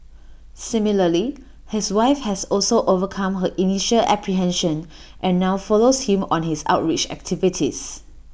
similarly his wife has also overcome her initial apprehension and now follows him on his outreach activities